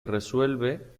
resuelve